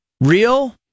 real